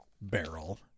barrel